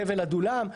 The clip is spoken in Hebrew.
חבל עדולם.